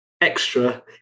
extra